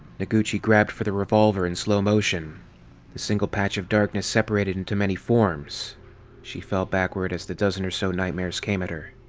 noguchi grabbed for the revolver in slow motion. the single patch of darkness separated into many forms she fell backward as the dozen or so nightmares came at her.